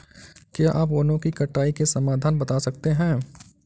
क्या आप वनों की कटाई के समाधान बता सकते हैं?